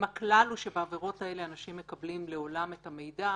הכלל הוא שבעבירות האלה אנשים מקבלים לעולם את המידע,